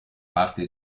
parti